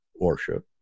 worship